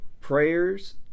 Prayers